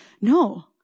no